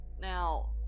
now